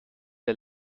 der